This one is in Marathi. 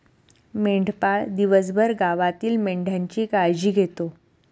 मेंढपाळ दिवसभर गावातील मेंढ्यांची काळजी घेतो